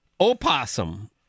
Opossum